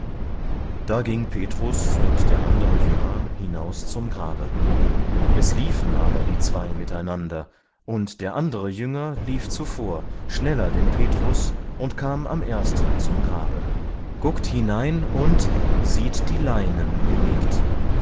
da ging petrus und der andere jünger hinaus zum grabe es liefen aber die zwei miteinander und der andere jünger lief zuvor schneller denn petrus und kam am ersten zum grabe guckt hinein und sieht die leinen gelegt